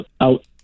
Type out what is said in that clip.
out